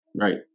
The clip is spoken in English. Right